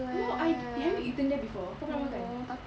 no I have you eaten there before kau pernah makan